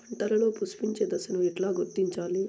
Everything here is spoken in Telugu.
పంటలలో పుష్పించే దశను ఎట్లా గుర్తించాలి?